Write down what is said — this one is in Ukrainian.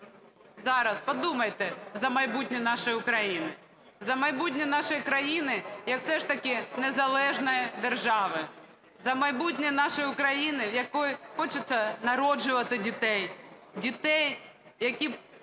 нашої України. За майбутнє нашої країни як все ж таки незалежної держави. За майбутнє нашої України, в якій хочеться народжувати дітей. Дітей, які